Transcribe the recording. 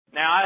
Now